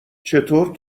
چطور